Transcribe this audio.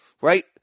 right